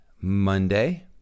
Monday